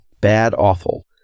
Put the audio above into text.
bad-awful